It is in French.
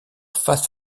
face